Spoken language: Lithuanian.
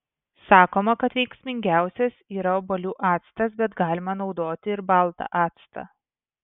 sakoma kad veiksmingiausias yra obuolių actas bet galima naudoti ir baltą actą